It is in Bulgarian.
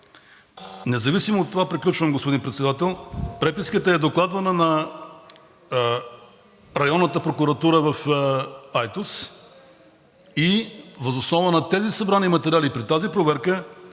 е изтекло.) Приключвам, господин Председател. …преписката е докладвана на Районната прокуратура в Айтос и въз основа на тези събрани материали при тази проверка